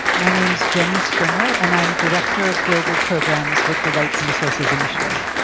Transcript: my name is jenny springer and i'm director of global programs with the rights and resources initiative.